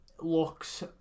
looks